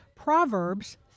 Proverbs